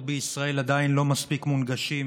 במדינת ישראל עדיין לא מספיק מונגשים.